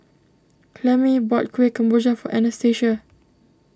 Clemie bought Kueh Kemboja for Anastasia